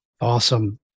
Awesome